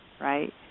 right